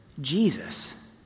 Jesus